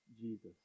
Jesus